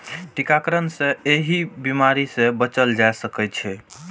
टीकाकरण सं एहि बीमारी सं बचल जा सकै छै